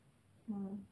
ah